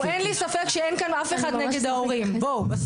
אין לי ספק שאין כאן אף אחד שהוא נגד ההורים בסוף.